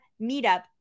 meetup